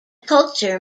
culture